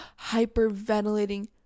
hyperventilating